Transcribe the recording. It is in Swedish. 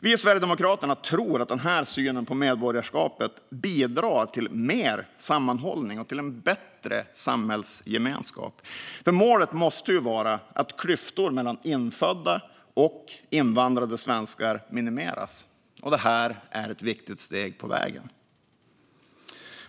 Vi i Sverigedemokraterna tror att den här synen på medborgarskapet bidrar till mer sammanhållning och en större samhällsgemenskap, för målet måste ju vara att klyftorna mellan infödda och invandrade svenskar minimeras, och det här är ett viktigt steg på vägen.